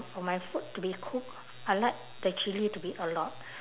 for my food to be cooked I like the chilli to be a lot